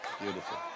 Beautiful